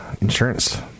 Insurance